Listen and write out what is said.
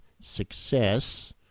success